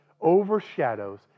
overshadows